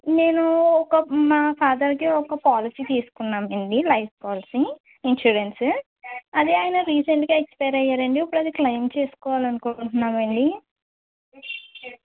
నేనూ ఒక మా ఫాదర్కి ఒక పాలసీ తీసుకున్నామండి లైఫ్ పాలసీ ఇన్సూరెన్సు అది ఆయన రీసెంట్గా ఎక్స్పైర్ అయ్యారండి ఇప్పుడు అది క్లెయిమ్ చేసుకోవాలనుకుంటున్నామండీ